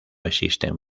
existen